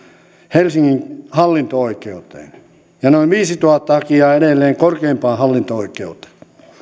helsingin hallinto oikeuteen ja noin viisituhatta hakijaa edelleen korkeimpaan hallinto oikeuteen